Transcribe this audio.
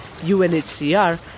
UNHCR